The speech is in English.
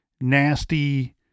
nasty